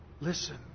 Listen